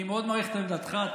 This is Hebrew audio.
אני מאוד מעריך את עמדתך.